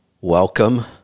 Welcome